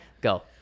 go